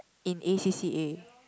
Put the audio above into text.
in A_C_C_A